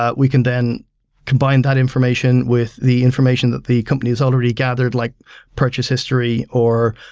ah we can then combine that information with the information that the company has already gathered, like purchase history or